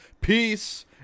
Peace